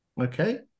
okay